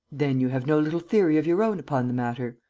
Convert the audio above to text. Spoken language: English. then you have no little theory of your own upon the matter?